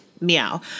meow